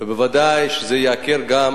וודאי שזה ייקר גם את